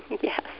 Yes